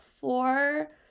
four